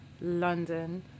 London